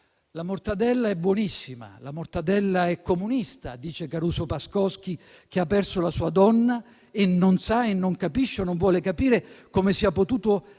"La mortadella è buonissima, la mortadella è comunista": dice Caruso Pascoski, che ha perso la sua donna e non sa e non capisce o non vuole capire come sia potuto accadere.